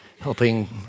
helping